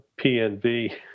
PNV